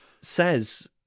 says